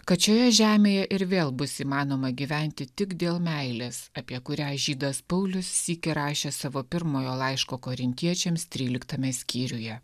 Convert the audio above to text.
kad šioje žemėje ir vėl bus įmanoma gyventi tik dėl meilės apie kurią žydas paulius sykį rašė savo pirmojo laiško korintiečiams tryliktame skyriuje